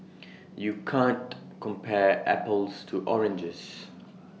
you can't compare apples to oranges